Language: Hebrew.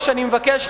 ושאני מבקש,